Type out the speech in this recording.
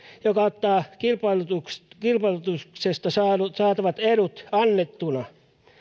joka ottaa kilpailutuksesta kilpailutuksesta saatavat edut annettuna